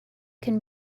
can